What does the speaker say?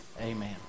Amen